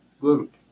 Good